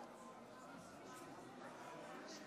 אם